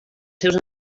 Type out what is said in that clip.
seus